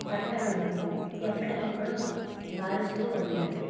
బట్టలను ఎప్పటికప్పుడు మారుస్తూ ఉండాలి